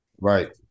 Right